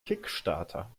kickstarter